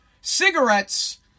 Cigarettes